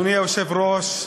אדוני היושב-ראש,